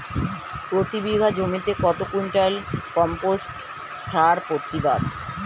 প্রতি বিঘা জমিতে কত কুইন্টাল কম্পোস্ট সার প্রতিবাদ?